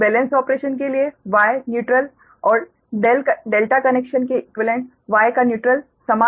चूंकि balance operation के लिए Y न्यूट्रल और ∆ कनेक्शन के इक्वीवेलेंट Y का न्यूट्रल समान पोटैन्श्यल पर हैं